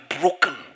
broken